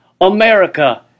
America